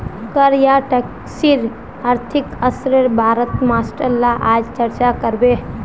कर या टैक्सेर आर्थिक असरेर बारेत मास्टर ला आज चर्चा करबे